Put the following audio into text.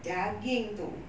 daging itu